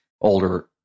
older